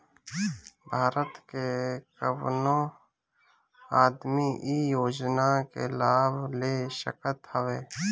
भारत के कवनो आदमी इ योजना के लाभ ले सकत हवे